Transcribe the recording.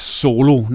solo